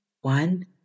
one